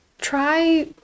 try